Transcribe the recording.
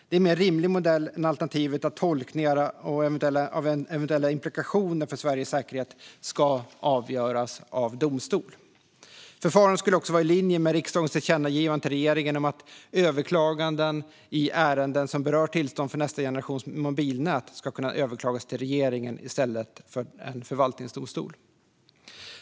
Det är en mer rimlig modell än alternativet att tolkningar av eventuella implikationer för Sveriges säkerhet ska avgöras av domstol. Förfarandet skulle också vara i linje med riksdagens tillkännagivande till regeringen om att överklaganden i ärenden som berör tillstånd för nästa generations mobilnät ska kunna överklagas till regeringen i stället till för en förvaltningsdomstol.